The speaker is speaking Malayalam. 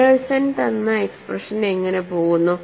ഫെഡെർസൻ തന്ന എക്സ്പ്രഷൻ എങ്ങനെ പോകുന്നു